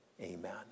Amen